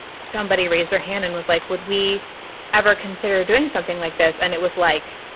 somebody raised their hand and was like, would we ever consider doing something like this? and it was like.